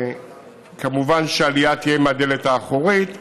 כמובן שהעלייה תהיה מהדלת האחורית.